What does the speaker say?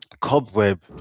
Cobweb